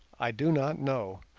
i do not know,